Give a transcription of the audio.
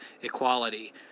equality